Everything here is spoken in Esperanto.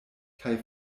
kaj